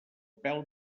pèl